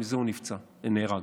ומזה הוא נפצע ונהרג.